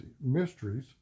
mysteries